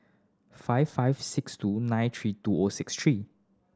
five five six two nine three two O six three